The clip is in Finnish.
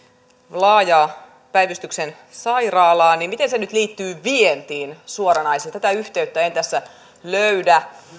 laajan päivystyksen sairaalaa nyt liittyy vientiin suoranaisesti tätä yhteyttä en tässä löydä